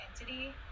entity